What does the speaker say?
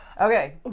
Okay